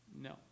No